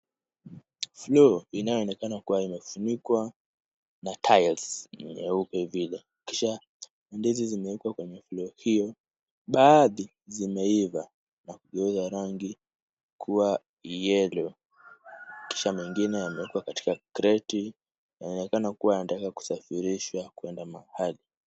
Floor inayonekana kuwa imefunikwa na tiles nyeupe vile, kisha ndizi zimewekwa kwenye floor hiyo, baadhi zimeiva na kugeuza rangi kuwa yellow , kisha mengine yamewekwa katika kreti, yanaonekana kuwa yanataka kusafirishwa kwenda mahali.